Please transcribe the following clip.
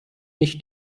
nicht